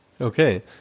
Okay